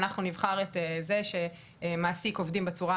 אנחנו נבחר את זה שמעסיק עובדים בצורה